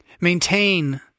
Maintain